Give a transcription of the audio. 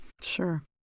sure